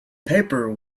paper